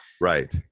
right